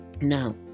Now